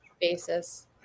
basis